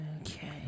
Okay